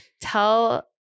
tell